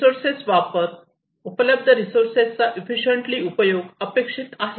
resources वापर उपलब्ध रिसोर्सेसचा इफिशियंटली उपयोग अपेक्षित आहे